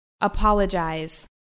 Apologize